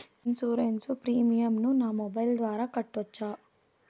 Insurance premium ను నా mobile ద్వారా కట్టొచ్చా?